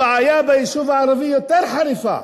הבעיה ביישוב הערבי יותר חריפה.